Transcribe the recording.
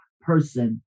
person